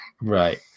Right